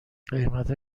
قیمت